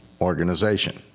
organization